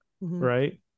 right